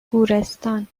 گورستان